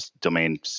domain